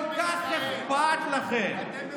כל כך אכפת לכם,